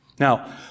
Now